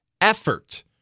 effort